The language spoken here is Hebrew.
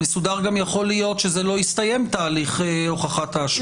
"מסודר" גם יכול להיות שזה לא יסתיים תהליך הוכחת האשמה.